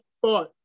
thought